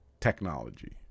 technology